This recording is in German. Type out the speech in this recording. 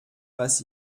was